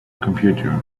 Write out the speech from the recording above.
computer